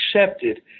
accepted